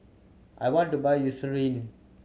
I want to buy Eucerin